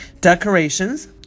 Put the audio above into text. decorations